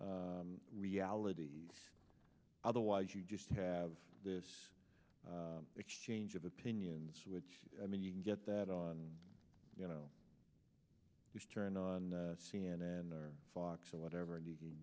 some realities otherwise you just have this exchange of opinions which i mean you can get that on you know just turn on c n n or fox or whatever and you can